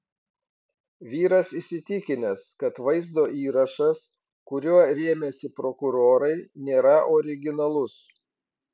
vyras įsitikinęs kad vaizdo įrašas kuriuo rėmėsi prokurorai nėra originalus